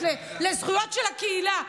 לזכויות של הקהילה.